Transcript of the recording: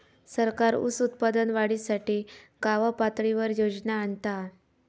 सरकार ऊस उत्पादन वाढीसाठी गावपातळीवर योजना आणता हा